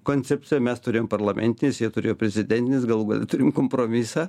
koncepciją mes turėjom parlamentinės jie turėjo prezidentinės galų gale turim kompromisą